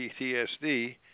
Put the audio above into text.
PTSD